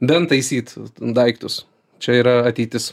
bent taisyt daiktus čia yra ateitis